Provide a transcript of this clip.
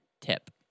tip